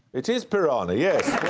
it is piranha, yes.